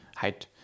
height